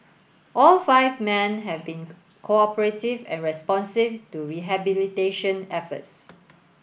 all five men had been cooperative and responsive to rehabilitation efforts